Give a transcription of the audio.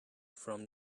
from